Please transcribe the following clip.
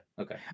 okay